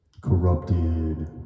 corrupted